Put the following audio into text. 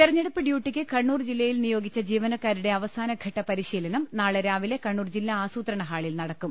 തെരഞ്ഞെടുപ്പ് ഡ്യൂട്ടിയ്ക്ക് കണ്ണൂർ ജില്ലയിൽ നിയോഗിച്ച ജീവ നക്കാരുടെ അവസാനഘട്ട പരിശീലന്ം നാളെ രാവിലെ കണ്ണൂർ ജില്ലാ ആസൂത്രണ ഹാളിൽ നടക്കും